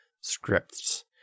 scripts